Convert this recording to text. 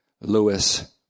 Lewis